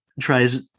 tries